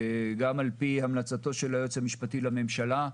גם על פי המלצתו של היועץ המשפטי לממשלה,